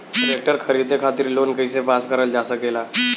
Tractor खरीदे खातीर loan कइसे पास करल जा सकेला?